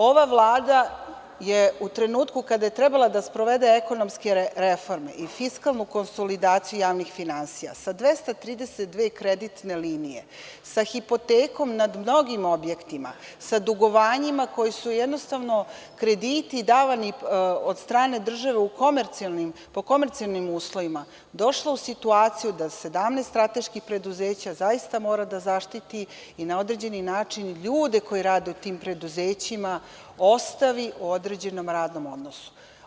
Ova Vlada je u trenutku kada je trebala da sprovede ekonomske reforme i fiskalnu konsolidaciju javnih finansija sa 232 kreditne linije, sa hipotekom nad mnogim objektima, sa dugovanjima koji su jednostavno krediti davani od strane države po komercijalnim uslovima došla u situaciju da 17 strateških preduzeća zaista mora da zaštiti i na određeni način ljude koji rade u tim preduzećima ostavi u određenom radnom odnosu.